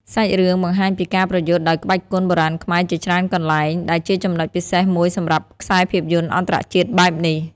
សាច់រឿងបង្ហាញពីការប្រយុទ្ធដោយក្បាច់គុនបុរាណខ្មែរជាច្រើនកន្លែង ដែលជាចំណុចពិសេសមួយសម្រាប់ខ្សែភាពយន្តអន្តរជាតិបែបនេះ។